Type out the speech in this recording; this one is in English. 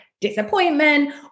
disappointment